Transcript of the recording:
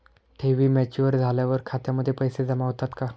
ठेवी मॅच्युअर झाल्यावर खात्यामध्ये पैसे जमा होतात का?